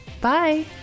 Bye